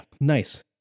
nice